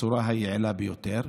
בצורה היעילה ביותר.